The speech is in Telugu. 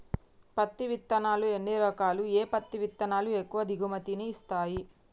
పత్తి విత్తనాలు ఎన్ని రకాలు, ఏ పత్తి విత్తనాలు ఎక్కువ దిగుమతి ని ఇస్తాయి?